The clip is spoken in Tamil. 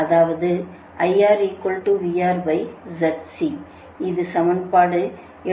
அதாவது இது சமன்பாடு 72 ஆகும்